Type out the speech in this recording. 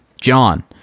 john